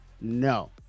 No